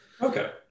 Okay